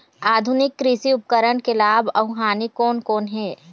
आधुनिक कृषि उपकरण के लाभ अऊ हानि कोन कोन हे?